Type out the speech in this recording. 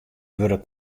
wurde